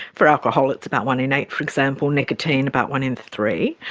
for alcohol it's about one in eight for example, nicotine about one in three.